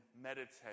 meditate